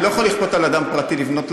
אני לא יכול לכפות על אדם פרטי לבנות,